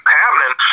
happening